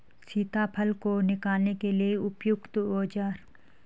सीताफल को निकालने के लिए उपयुक्त औज़ार?